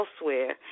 elsewhere